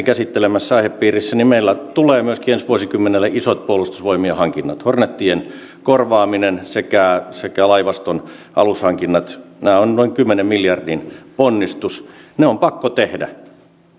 käsittelemässä aihepiirissä meillä tulee myöskin ensi vuosikymmenellä isot puolustusvoimien hankinnat hornetien korvaaminen sekä sekä laivaston alushankinnat nämä ovat noin kymmenen miljardin ponnistus ne on pakko tehdä